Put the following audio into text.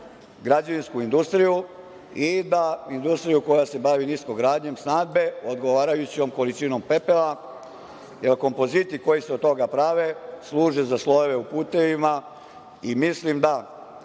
građevinsku industriju i da industriju koja se bavi niskogradnjom snabde odgovarajućom količinom pepela, jer kompoziti koji se od toga prave služe za slojeve u putevima. Mislim da